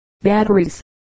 batteries